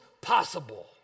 possible